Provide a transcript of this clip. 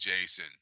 Jason